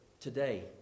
today